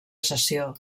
sessió